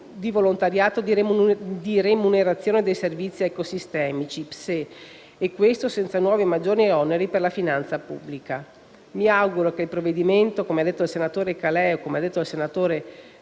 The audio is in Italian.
di volontariato di remunerazione dei servizi ecosistemici (PES), e questo senza nuovi o maggiori oneri per la finanza pubblica. Mi auguro che il provvedimento in esame, come hanno auspicato il senatore Caleo e il senatore